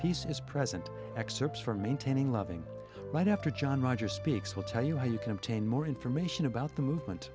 pieces present excerpts from maintaining loving right after john rogers speaks we'll tell you how you can obtain more information about the movement